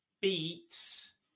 beats